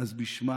אז בשמה